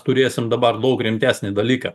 turėsim dabar daug rimtesnį dalyką